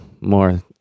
more